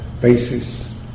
basis